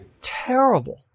terrible